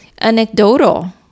anecdotal